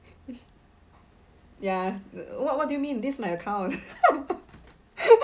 ya what what do you mean this my account